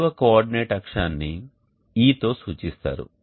మూడవ కోఆర్డినేట్ అక్షమును E తో సూచిస్తారు